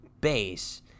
base